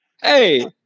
hey